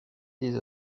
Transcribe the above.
des